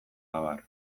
abar